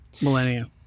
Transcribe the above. Millennia